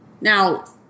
Now